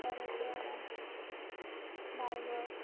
Karaswada Dhargal